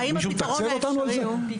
מישהו מתקצב אותנו על זה?